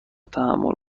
تحمل